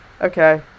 okay